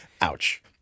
Ouch